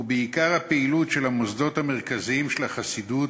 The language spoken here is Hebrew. ובעיקר הפעילות של המוסדות המרכזיים של החסידות,